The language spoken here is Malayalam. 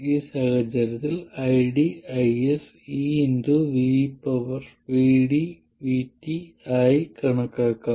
ഈ സാഹചര്യത്തിൽ ID IS eVdVt ആയി കണക്കാക്കാം